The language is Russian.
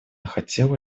хотела